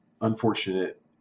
unfortunate